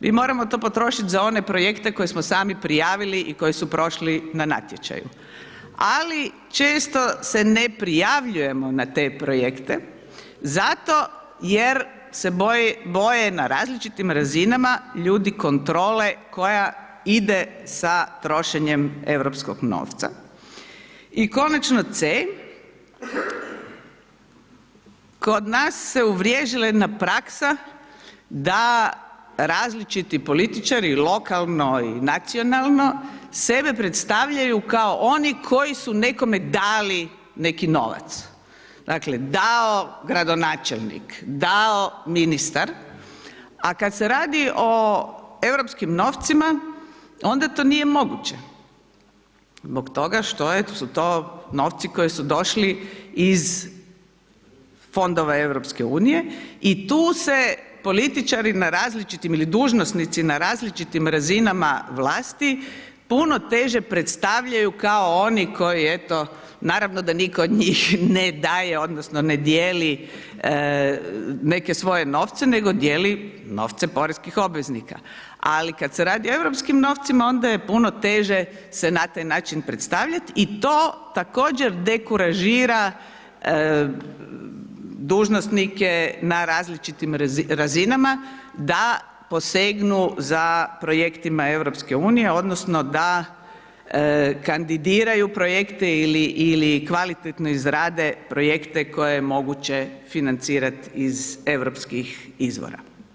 Mi moramo to potrošit za one projekte koje smo sami prijavili i koji su prošli na natječaju, ali često se ne prijavljujemo na te projekte zato jer se boje na različitim razinama ljudi kontrole koja ide sa trošenjem europskog novca i konačno c) kod nas se uvriježila jedna praksa da različiti političari lokalnoj nacionalno sebe predstavljaju kao oni koji su nekome dali neki novac, dakle, dao gradonačelnik, dao ministar, a kad se radi o europskim novcima, onda to nije moguće zbog toga što su to novci koji su došli iz Fondova EU i tu se političari na različitim ili dužnosnici na različitim razinama vlasti puno teže predstavljaju kao oni koji eto, naravno da nitko od njih ne daje odnosno ne dijeli neke svoje novce, nego dijeli novce poreznih obveznika, ali kad se radi o europskim novcima onda je puno teže se na taj način predstavljat i to također dekuražira dužnosnike na različitim razinama da posegnu za projektima EU odnosno da kandidiraju projekte ili kvalitetno izrade projekte koje je moguće financirat iz europskih izvora.